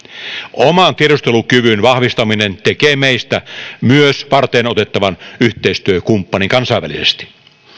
oman tiedustelukyvyn vahvistaminen tekee meistä myös varteenotettavan yhteistyökumppanin kansainvälisesti